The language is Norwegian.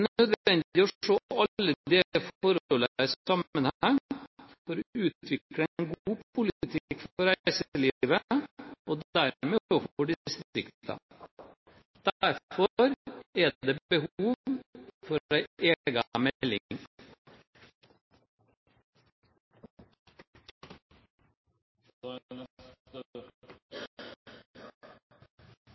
nødvendig å se alle disse forholdene i sammenheng for å utvikle en god politikk for reiselivet og dermed også for distriktene. Derfor er det behov for